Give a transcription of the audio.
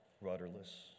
rudderless